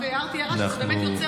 רק הערתי הערה שזה באמת יוצר,